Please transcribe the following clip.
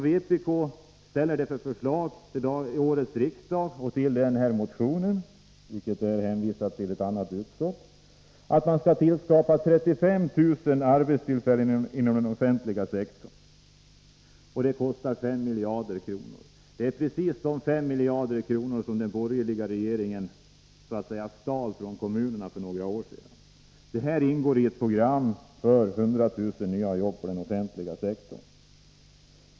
Vid årets riksmöte har vpk föreslagit att det skall skapas 35 000 arbetstillfällen inom den offentliga sektorn. Det kostar fem miljarder. Det är precis de fem miljarder som den borgerliga regeringen så att säga stal ftrån kommunerna för några år sedan. Detta ingår i ett program för 100 000 nya jobb för den offentliga sektorn.